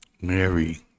Mary